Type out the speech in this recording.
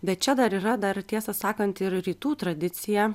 bet čia dar yra dar tiesą sakant ir rytų tradicija